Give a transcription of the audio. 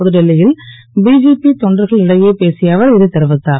புதுடெல்லி ல் பிஜேபி தொண்டர்களிடையே பேசிய அவர் இதைத் தெரிவித்தார்